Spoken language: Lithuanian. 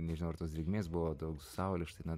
nežinau ar tos drėgmės buvo daug saulė štai na